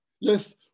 Yes